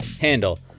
handle